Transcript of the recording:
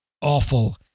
awful